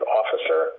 officer